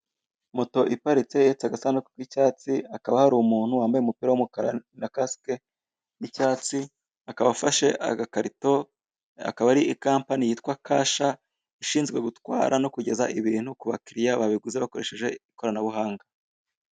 Moto iparitse ihetse agasanduku k'icyatsi, hakaba hari umuntu wambaye umupira w'umukara na kasike y'icyatsi, akaba afashe agakarito, akaba ari kampani yitwa Kasha, ishinzwe gutwara no kugeza ibintu ku bakiliya babiguze bakoresheje ikoranabuhanga.